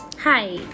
Hi